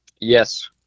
Yes